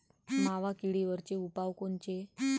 मावा किडीवरचे उपाव कोनचे?